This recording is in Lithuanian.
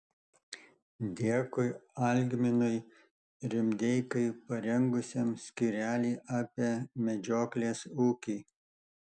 dėkui algminui rimdeikai parengusiam skyrelį apie medžioklės ūkį